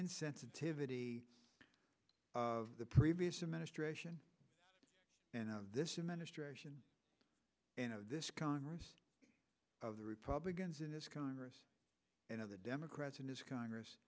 insensitivity of the previous administration and this administration this congress of the republicans in this congress and of the democrats in this congress